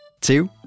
two